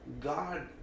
God